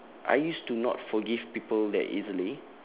I used to not forgive people that easily